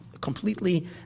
completely